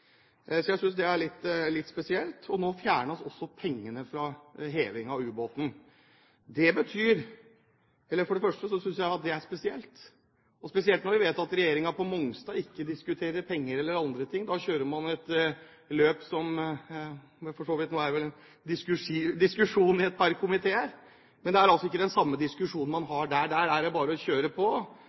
Jeg synes det er litt spesielt. Nå fjerner man også pengene fra hevingen av ubåten. Det synes jeg er spesielt når vi vet at regjeringen på Mongstad ikke diskuterer penger eller andre ting. Da kjører man et løp, som for så vidt nå er til diskusjon i et par komiteer, og det er ikke den samme diskusjonen der. Der er det bare å kjøre på,